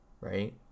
Right